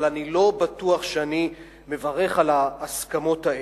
אבל אני לא בטוח שאני מברך על ההסכמות האלה.